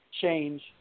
change